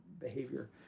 behavior